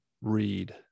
read